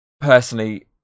Personally